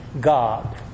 God